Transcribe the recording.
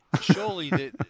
surely